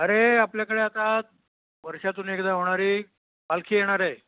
अरे आपल्याकडे आता वर्षातून एकदा होणारी पालखी येणार आहे